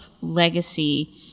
legacy